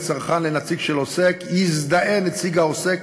צרכן לנציג של עוסק יזדהה נציג העוסק